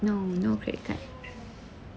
no no credit card